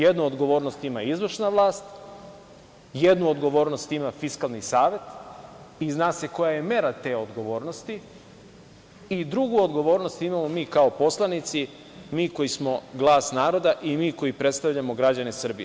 Jednu odgovornost ima izvršna vlast, jednu odgovornost ima Fiskalni savet i zna se koja je mera te odgovornosti i drugu odgovornost imamo mi kao poslanici, mi koji smo glas naroda i mi koji predstavljamo građane Srbije.